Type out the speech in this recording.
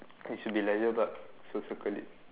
it should be leisure park so circle it